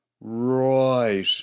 right